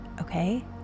okay